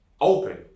open